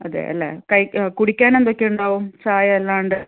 അതേയല്ലേ കൈ കുടിക്കാനെന്തൊക്കെ ഉണ്ടാവും ചായയല്ലാണ്ട്